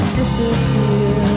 disappear